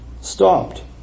stopped